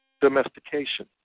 domestication